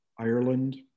Ireland